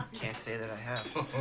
can't say that i have.